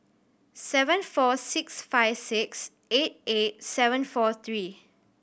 seven four six five six eight eight seven four three